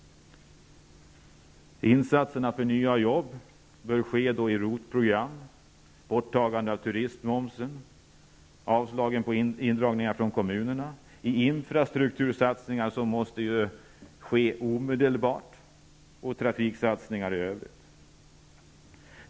Insatserna för nya jobb bör ske genom ROT program, genom borttagande av turistmomsen, genom att det inte sker indragningar från kommunerna, genom infrastruktursatsningar som måste ske omedelbart och genom trafiksatsningar.